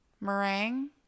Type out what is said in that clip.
Meringue